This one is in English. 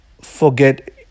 forget